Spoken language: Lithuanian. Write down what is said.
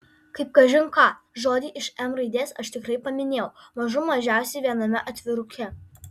kaip kažin ką žodį iš m raidės aš tikrai paminėjau mažų mažiausiai viename atviruke